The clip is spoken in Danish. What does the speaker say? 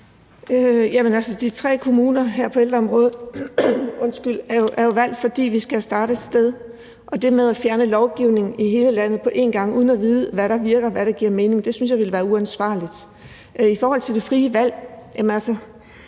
her tre kommuner er jo valgt, på ældreområdet, fordi vi skal starte et sted, og det med at fjerne en lovgivning i hele landet på en gang uden at vide, hvad der virker, og hvad der giver mening, synes jeg ville være uansvarligt. I forhold til det frie valg